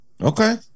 Okay